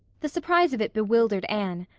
the surprise of it bewildered anne.